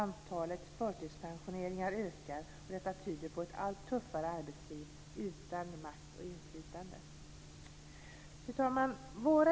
Antalet förtidspensioneringar ökar, och detta tyder på ett allt tuffare arbetsliv, utan makt och inflytande. Fru talman!